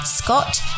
Scott